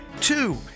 two